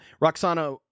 roxana